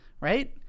right